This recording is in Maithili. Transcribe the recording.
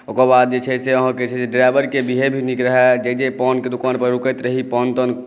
ओकर बाद जे छै से अहाँकेँ जे छै से ड्राइवरक विहैब भी नीक रहै जे जे पानकेँ दोकान पर रुकैत रही पान तान